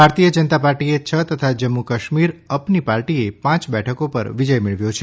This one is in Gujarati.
ભારતીય જનતા પાર્ટીએ છ તથા જમ્મુ કાશ્મીર અપની પાર્ટીએ પાંચ બેઠકો પર વિજય મેળવ્યો છે